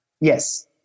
Yes